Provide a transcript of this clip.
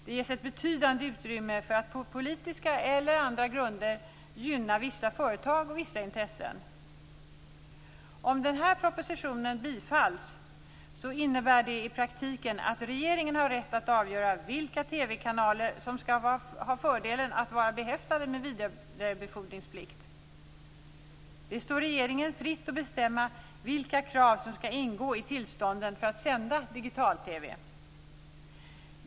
Det ges betydande utrymme för att på politiska eller andra grunder gynna vissa företag och intressen. Om den här propositionen bifalls innebär det i praktiken att regeringen har rätt att avgöra vilka TV kanaler som skall ha fördelen av att vara behäftade med vidarebefordringsplikt. Det står regeringen fritt att bestämma vilka krav som skall ingå i tillstånden för att sända digital-TV.